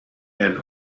and